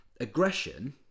aggression